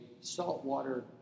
saltwater